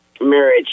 marriage